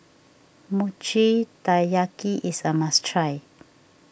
Mochi Taiyaki is a must try